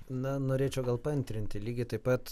na norėčiau gal paantrinti lygiai taip pat